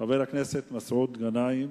חבר הכנסת מסעוד גנאים,